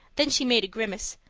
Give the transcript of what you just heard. then she made a grimace.